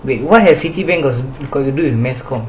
has to do with mass comm